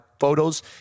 Photos